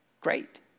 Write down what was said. great